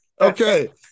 Okay